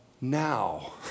now